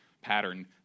pattern